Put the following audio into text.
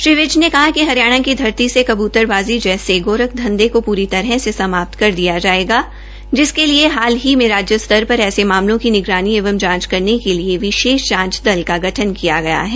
श्री विज ने कहा कि हरियाणा की धरती से कबूतरबाजी जैसे गोरखधंधे को पूरी तरह से समाप्त कर दिया जाएगा जिसके लिए हाल ही में राज्य स्तर पर ऐसे मामलों की निगरानी एवं जांच करने के लिए विशेष जांच दल एसआईटी का गठन किया गया है